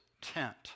tent